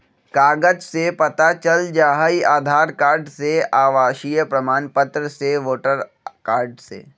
कागज से पता चल जाहई, आधार कार्ड से, आवासीय प्रमाण पत्र से, वोटर कार्ड से?